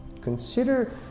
Consider